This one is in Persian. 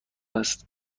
است